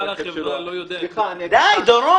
אדוני